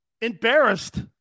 Embarrassed